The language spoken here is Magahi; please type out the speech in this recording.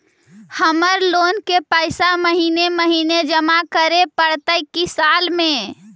हमर लोन के पैसा महिने महिने जमा करे पड़तै कि साल में?